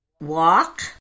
walk